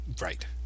Right